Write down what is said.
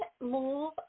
move